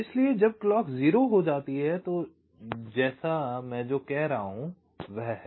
इसलिए जब घड़ी 0 हो जाती है तो जैसे मैं जो कह रहा हूं वह है